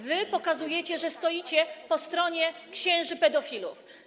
Wy pokazujcie, że stoicie po stronie księży pedofilów.